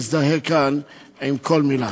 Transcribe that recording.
מזדהה כאן עם כל מילה.